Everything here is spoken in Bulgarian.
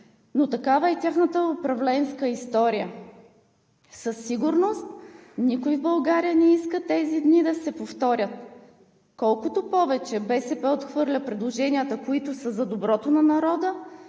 но такава е тяхната управленска история. Със сигурност никой в България не иска тези дни да се повторят. Колкото повече БСП отхвърля предложенията, които са за доброто на народа,